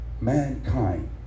mankind